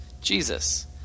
Jesus